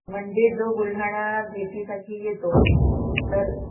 म्हणजे जो बुलढाणा भेटीसाठी येतो तर